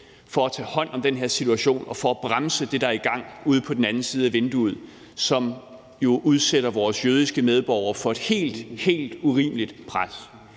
for at tage hånd om den her situation og for at bremse det, der er i gang ude på den anden side af vinduet, som jo udsætter vores jødiske medborgere for et helt, helt urimeligt pres.